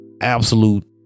absolute